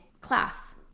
class